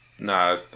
Nah